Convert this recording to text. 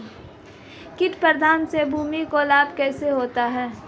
कीट प्रबंधन से भूमि को लाभ कैसे होता है?